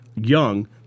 young